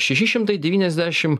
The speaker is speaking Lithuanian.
šeši šimtai devyniasdešim